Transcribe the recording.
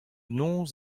noz